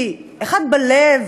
כי אחד בלב